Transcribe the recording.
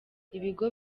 ibigo